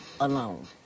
alone